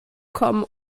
kommen